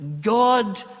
God